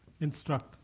Instruct